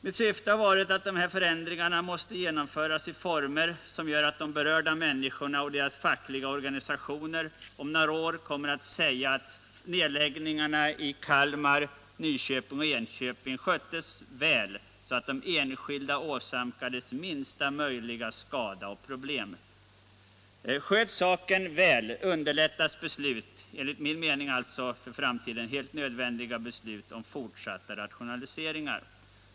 Mitt syfte har varit att dessa förändringar måste genomföras i former som gör att de berörda människorna och deras fackliga organisationer om några år kommer att säga att nedläggningarna i Kalmar, Nyköping och Enköping sköttes väl, så att de enskilda åsamkades minsta möjliga skada och problem. Sköts saken väl underlättas beslut — enligt min mening för framtiden helt nödvändiga beslut — om fortsatta rationaliseringar.